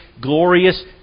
glorious